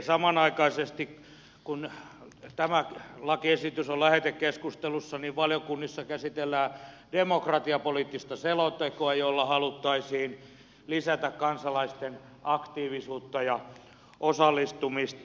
samanaikaisesti kun tämä lakiesitys on lähetekeskustelussa valiokunnissa käsitellään demokratiapoliittista selontekoa jolla haluttaisiin lisätä kansalaisten aktiivisuutta ja osallistumista